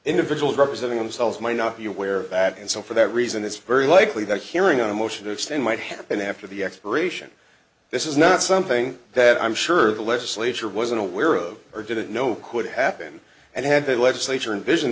individuals representing themselves might not be aware of that and so for that reason it's very likely that hearing on a motion to extend might happen after the expiration this is not something that i'm sure the legislature wasn't aware of or didn't know could happen and had the legislature invision